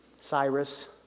Cyrus